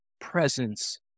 presence